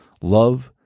love